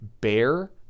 bear